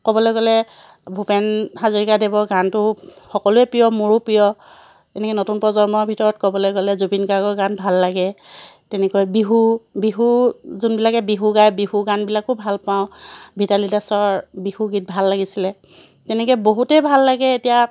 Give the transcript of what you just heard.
ক'বলৈ গ'লে ভূপেন হাজৰিকাদেৱৰ গানতো সকলোৰে প্ৰিয় মোৰো প্ৰিয় তেনেকৈ নতুন প্ৰজন্মৰ ভিতৰত ক'বলৈ গ'লে জুবিন গাৰ্গৰ গান ভাল লাগে তেনেকৈ বিহু বিহু যোনবিলাকে বিহু গায় বিহু গানবিলাকো ভাল পাওঁ ভিতালী দাসৰ বিহু গীত ভাল লাগিছিলে তেনেকৈ বহুতেই ভাল লাগে এতিয়া